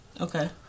Okay